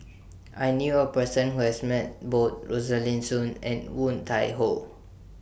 I knew A Person Who has Met Both Rosaline Soon and Woon Tai Ho